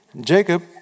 Jacob